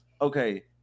okay